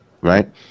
right